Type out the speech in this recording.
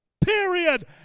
period